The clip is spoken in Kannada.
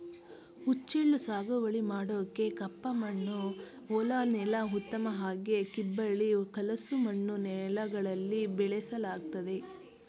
ಹುಚ್ಚೆಳ್ಳು ಸಾಗುವಳಿ ಮಾಡೋಕೆ ಕಪ್ಪಮಣ್ಣು ಹೊಲ ನೆಲ ಉತ್ತಮ ಹಾಗೆ ಕಿಬ್ಬಳಿ ಕಲಸು ಮಣ್ಣು ನೆಲಗಳಲ್ಲಿ ಬೆಳೆಸಲಾಗ್ತದೆ